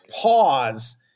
pause